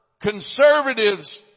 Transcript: conservatives